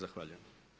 Zahvaljujem.